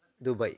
Dubai